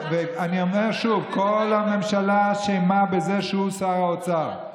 אני אומר שוב: כל הממשלה אשמה בזה שהוא שר האוצר.